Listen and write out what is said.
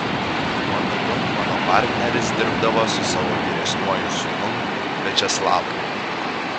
tuo metu mano partneris dirbdavo su savo vyresniuoju sūnum viačeslavu